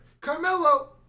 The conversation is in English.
Carmelo